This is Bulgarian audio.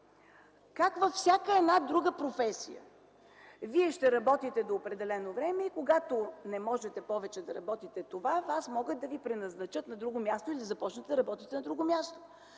как във всяка друга професия вие ще работите до определено време и когато не можете повече да работите това, могат да ви преназначат на друго място и да започнете да работите там? Кой